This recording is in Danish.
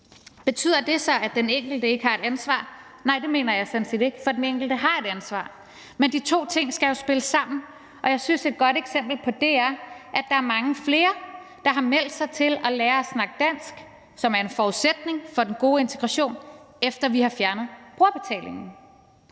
Betyder det så, at den enkelte ikke har et ansvar? Nej, det mener jeg sådan set ikke, for den enkelte har et ansvar. Men de to ting skal jo spille sammen, og jeg synes, at et godt eksempel på det er, at der er mange flere, der har meldt sig til at lære at tale dansk, som er en forudsætning for den gode integration, efter at vi har fjernet brugerbetalingen.